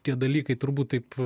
tie dalykai turbūt taip